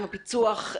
עם הפיצו"ח,